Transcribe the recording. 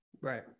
Right